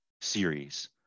series